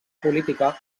política